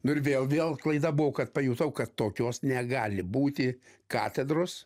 nu ir vėl vėl klaida buvo kad pajutau kad tokios negali būti katedros